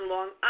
Long